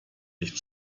nicht